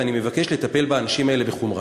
ואני מבקש לטפל באנשים האלה בחומרה.